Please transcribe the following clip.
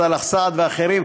סלאח סעד ואחרים.